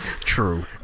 True